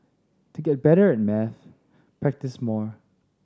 to get better at maths practise more